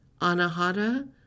anahata